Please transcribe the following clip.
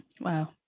Wow